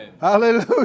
hallelujah